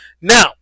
Now